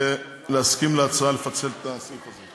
להסכים להצעה לפצל את הסעיף הזה.